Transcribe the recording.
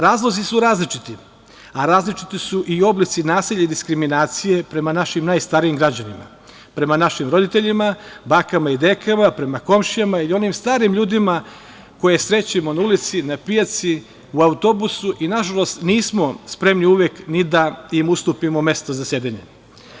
Razlozi su različiti, a različiti su i oblici nasilja i diskriminacije prema našim najstarijim građanima, prema našim roditeljima, bakama i dekama, prema komšijama i onim starim ljudima koje srećemo na ulici, na pijaci, u autobusu i nažalost nismo spremni uvek ni da im ustupimo mesto za sedenje.